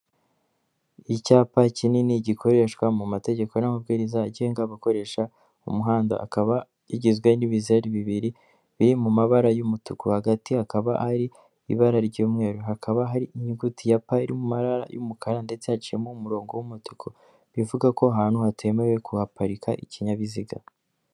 Icyapa kinini gikoreshwa mu mategeko n'amabwiriza agenga abakoresha umuhanda akaba igizwe n'ibizeru bibiri biri mu mabara y'umutuku hagati hakaba hari ibara ry'umweru hakaba hari inyuguti ya p iri mu mabara y'umukara ndetse haciyemo umurongo w'amatsiko bivuga ko ahantu hatemewe kuhaparika ikinyabiziga.